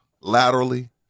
laterally